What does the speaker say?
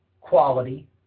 quality